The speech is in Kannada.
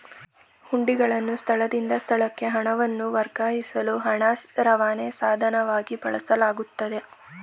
ಹುಂಡಿಗಳನ್ನು ಸ್ಥಳದಿಂದ ಸ್ಥಳಕ್ಕೆ ಹಣವನ್ನು ವರ್ಗಾಯಿಸಲು ಹಣ ರವಾನೆ ಸಾಧನವಾಗಿ ಬಳಸಲಾಗುತ್ತೆ